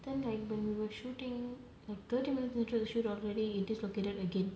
then like when we were shooting like thirty minute into the shoot already it dislocated again